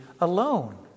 alone